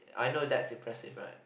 I know that's impressive right